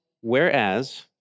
whereas